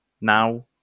now